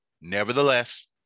Nevertheless